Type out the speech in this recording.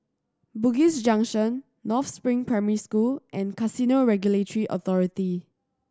Bugis Junction North Spring Primary School and Casino Regulatory Authority